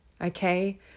Okay